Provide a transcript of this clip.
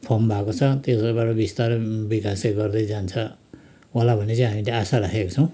form भएको छ त्यसले गर्दा विस्तारै विकास चाहिँ गर्दै जान्छ होला भन्ने चाहिँ हामीले आशा राखेका छौँ